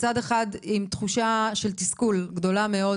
מצד אחד עם תחושה של תסכול גדולה מאוד